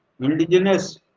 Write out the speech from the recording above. indigenous